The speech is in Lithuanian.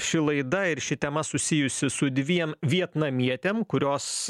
ši laida ir ši tema susijusi su dviem vietnamietėm kurios